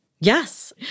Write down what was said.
Yes